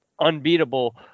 unbeatable